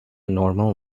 normal